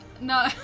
No